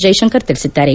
ಜೈಶಂಕರ್ ತಿಳಿಸಿದ್ದಾರೆ